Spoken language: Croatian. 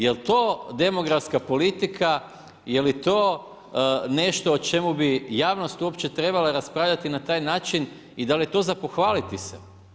Jel to demografska politika, je li to nešto o čemu bi javnost uopće trebala raspravljati na taj način i dali je to za pohvaliti se?